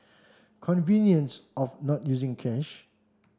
convenience of not using cash